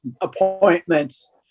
appointments